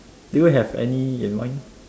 do you have any in mind